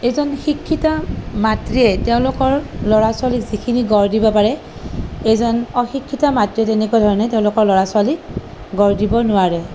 এজন শিক্ষিতা মাতৃয়ে তেওঁলোকৰ ল'ৰা ছোৱালীক যিখিনি গঢ় দিব পাৰে এজন অশিক্ষিতা মাতৃয়ে তেনেকুৱা ধৰণে তেওঁলোকৰ ল'ৰা ছোৱালীক গঢ় দিব নোৱাৰে